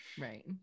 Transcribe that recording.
Right